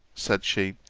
said she,